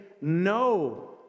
no